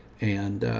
and,